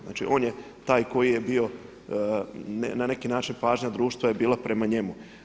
Znači, on je taj koji je bio na neki način pažnja društva je bila prema njemu.